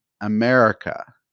America